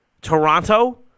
Toronto